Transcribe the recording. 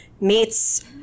meets